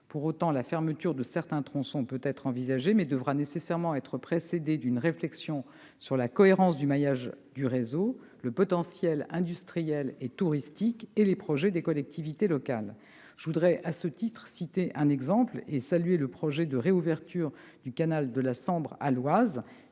Pour autant, la fermeture de certains tronçons peut être considérée, mais elle devra nécessairement être précédée d'une réflexion sur la cohérence du maillage du réseau, sur le potentiel industriel et touristique et sur les projets des collectivités locales. Je veux, à ce titre, citer un exemple, en saluant le projet de réouverture du canal de la Sambre à l'Oise,